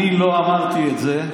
אני לא אמרתי את זה.